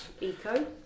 eco